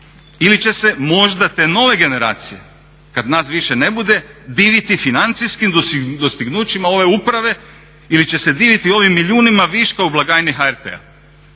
Ili će se možda te nove generacije kada nas više ne bude diviti financijskim dostignućima ove uprave ili će se diviti ovim milijunima viška u blagajni HRT-a?